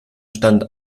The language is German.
stand